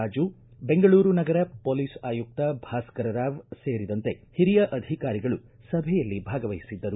ರಾಜು ಬೆಂಗಳೂರು ನಗರ ಪೊಲೀಸ್ ಆಯುಕ್ತ ಭಾಸ್ಕರ್ ರಾವ್ ಸೇರಿದಂತೆ ಹಿರಿಯ ಅಧಿಕಾರಿಗಳು ಸಭೆಯಲ್ಲಿ ಭಾಗವಹಿಸಿದ್ದರು